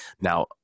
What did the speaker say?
Now